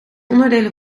onderdelen